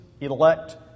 elect